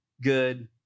good